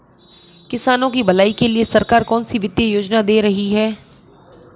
किसानों की भलाई के लिए सरकार कौनसी वित्तीय योजना दे रही है?